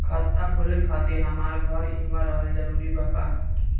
खाता खोले खातिर हमार घर इहवा रहल जरूरी बा का?